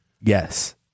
Yes